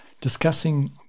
Discussing